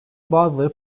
bazıları